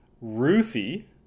Ruthie